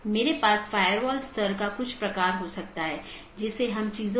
BGP चयन एक महत्वपूर्ण चीज है BGP एक पाथ वेक्टर प्रोटोकॉल है जैसा हमने चर्चा की